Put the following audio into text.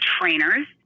trainers